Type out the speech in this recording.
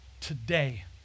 today